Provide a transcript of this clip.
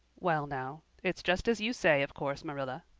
well now, it's just as you say, of course, marilla,